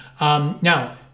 now